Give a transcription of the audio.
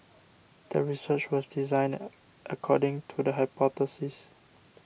the research was designed according to the hypothesis